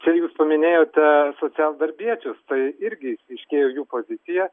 čia jūs paminėjote socialdarbiečius tai irgi aiškėja jų pozicija